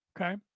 Okay